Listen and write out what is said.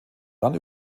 dann